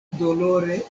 dolore